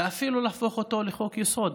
ואפילו להפוך אותו לחוק-יסוד.